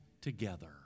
together